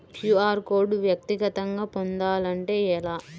QR code వ్యక్తిగతంగా పొందాలంటే ఎలా?